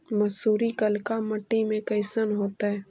मसुरी कलिका मट्टी में कईसन होतै?